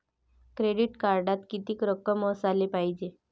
Credit कार्डात कितीक रक्कम असाले पायजे?